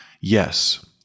Yes